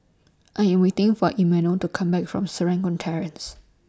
I Am waiting For Emanuel to Come Back from Serangoon Terrace